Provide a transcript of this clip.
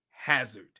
hazard